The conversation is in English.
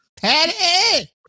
Patty